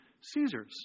Caesar's